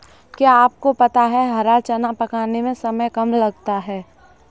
क्या आपको पता है हरा चना पकाने में समय कम लगता है?